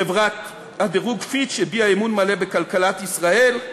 חברת הדירוג "פיץ'" הביעה אמון מלא בכלכלת ישראל.